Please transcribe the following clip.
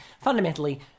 fundamentally